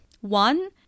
One